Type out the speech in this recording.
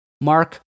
Mark